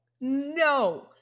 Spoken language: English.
no